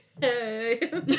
Hey